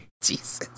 Jesus